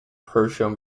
persian